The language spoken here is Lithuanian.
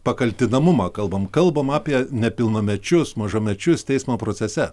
pakaltinamumą kalbam kalbam apie nepilnamečius mažamečius teismo procese